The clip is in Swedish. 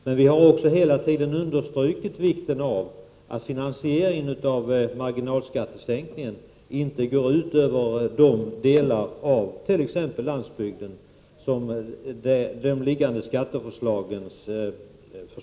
Men vi har också hela tiden understrukit vikten av att finansieringen av marginalskattesänkningen inte går ut över delar av landsbygden så som blir följden av de nu föreliggande skatteförslagen.